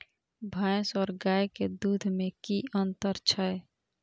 भैस और गाय के दूध में कि अंतर छै?